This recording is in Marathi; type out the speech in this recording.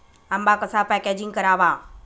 आंबा कसा पॅकेजिंग करावा?